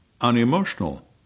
unemotional